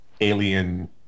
alien